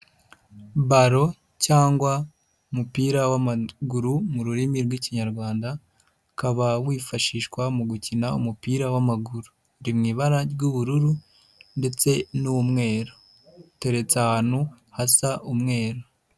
Ballon cyangwa umupira w'amaguru mu rurimi rw'Ikinyarwanda, ukaba wifashishwa mu gukina umupira w'amaguru. Uri mu ibara ry'ubururu ndetse n'umweru. Uteretse ahantu hasa umweru.